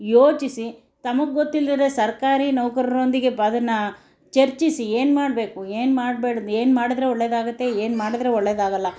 ಯೋಚಿಸಿ ತಮಗೆ ಗೊತ್ತಿಲ್ಲದೆ ಸರ್ಕಾರಿ ನೌಕರರೊಂದಿಗೆ ಅದನ್ನು ಚರ್ಚಿಸಿ ಏನು ಮಾಡಬೇಕು ಏನು ಮಾಡ್ಬೇಡ್ದು ಏನು ಮಾಡಿದ್ರೆ ಒಳ್ಳೆಯದಾಗತ್ತೆ ಏನು ಮಾಡಿದ್ರೆ ಒಳ್ಳೆಯದಾಗಲ್ಲ